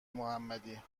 محمدی